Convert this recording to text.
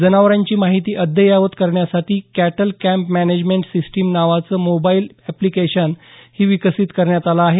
जनावरांची माहिती अद्ययावत करण्यासाठी कॅटल कॅम्प मॅनेजमेंट सिस्टीम नावाचं मोबाईल अॅफ्लीकेशन ही विकसित करण्यात आलं आहे